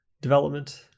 development